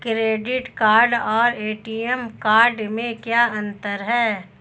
Credit card और ATM card में क्या अंतर है?